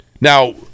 Now